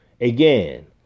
Again